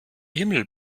himmel